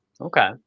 Okay